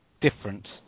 different